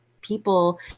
people